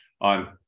on